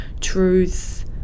truth